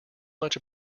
much